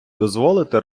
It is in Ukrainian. дозволити